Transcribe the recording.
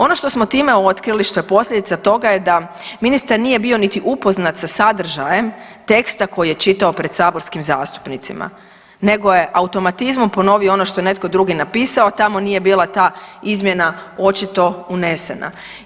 Ono što smo time otkrili što je posljedica toga je da ministar nije bio niti upoznat sa sadržajem teksta koji je čitao pred saborskim zastupnicima, nego je automatizmom ponovio ono što je netko drugi napisao a tamo nije bila ta izmjena očito unesena.